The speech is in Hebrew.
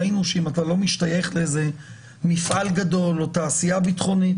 אם אתה לא משתייך לאיזה מפעל גדול או תעשייה ביטחונית,